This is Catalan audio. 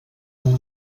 amb